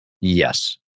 Yes